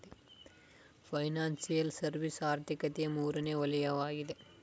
financial service ಆರ್ಥಿಕತೆಯ ಮೂರನೇ ವಲಯವಗಿದೆ